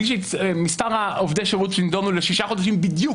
מספר עובדי השירות שנדונו לשישה חודשים בדיוק,